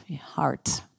Heart